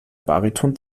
bariton